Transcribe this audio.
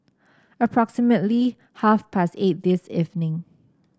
approximately half past eight this evening